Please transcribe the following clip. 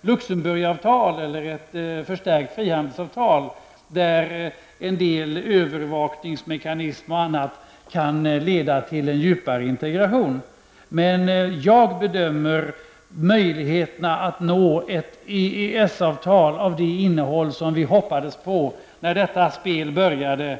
Luxemburgavtal eller ett förstärkt frihandelsavtal, där en del övervakningsmekanismer och annat kan leda till en djupare integration. Jag gör bedömningen att möjligheterna är mycket små att nå ett EES-avtal med det innehåll som vi hoppades på när detta spel började.